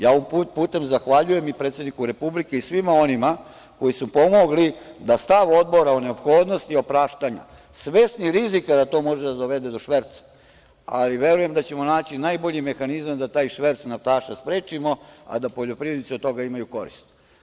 Ja ovim putem zahvaljujem i predsedniku Republike i svima onima koji su pomogli da stav Odbora o neophodnosti i opraštanju, svesni rizika da to može da dovede do šverca, ali verujem da ćemo naći najbolji mehanizam da taj šverc naftaša sprečimo, a da poljoprivrednici od toga imaju korist.